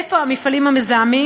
איפה המפעלים המזהמים,